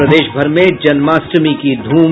और प्रदेश भर में जन्माष्टमी की धूम